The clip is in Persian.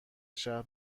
شهر